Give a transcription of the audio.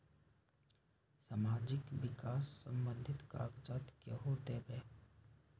समाजीक विकास संबंधित कागज़ात केहु देबे?